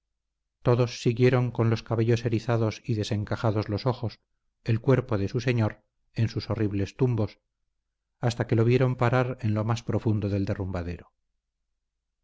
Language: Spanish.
todos siguieron con los cabellos erizados y desencajados los ojos el cuerpo de su señor en sus horribles tumbos hasta que lo vieron parar en lo más profundo del derrumbadero